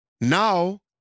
now